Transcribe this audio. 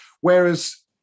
whereas